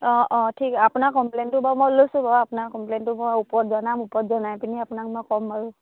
অঁ অঁ ঠিক আপোনাৰ কমপ্লেইন বাৰু মই লৈছোঁ বাৰু আপোনাৰ কপ্লেইনটো মই ওপৰত জনাম ওপৰত জনাই পিনি আপোনাক মই কম বাৰু